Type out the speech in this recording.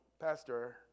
Pastor